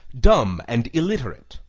dumb and illiterate.